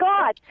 God